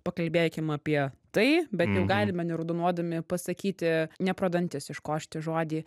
pakalbėkim apie tai bet jau galime neraudonuodami pasakyti ne pro dantis iškošti žodį